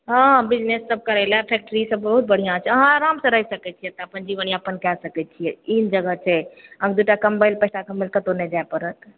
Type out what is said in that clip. हँ बिजनेस सब करय लए फैक्ट्री सब बहुत बढिऑं छै हँ आराम सऽ रहि सकै छियै एतए अपन जीवन यापनके सकै छी ई जगह छै कतौ नहि जाय पड़त